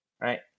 right